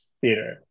theater